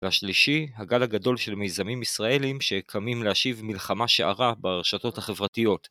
והשלישי הגל הגדול של מיזמים ישראלים שקמים להשיב מלחמה שערה ברשתות החברתיות.